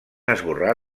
esborrar